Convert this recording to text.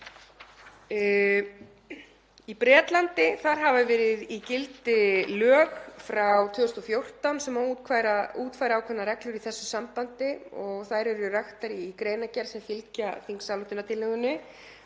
Í Bretlandi hafa verið í gildi lög frá 2014 sem útfæra ákveðnar reglur í þessu sambandi og þær eru raktar í greinargerð sem fylgir þingsályktunartillögunni.